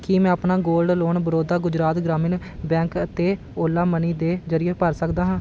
ਕੀ ਮੈਂ ਆਪਣਾ gold loan Baroda Gujarat Gramin bank ਅਤੇ ਓਲਾ ਮਨੀ ਦੇ ਜ਼ਰੀਏ ਭਰ ਸਕਦਾ ਹਾਂ